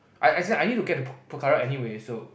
as as in I need to get to Pok~ Pokhara anyway so